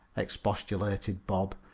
expostulated bob,